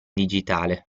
digitale